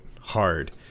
hard